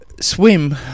swim